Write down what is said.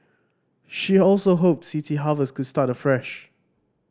she also hoped City Harvest could start afresh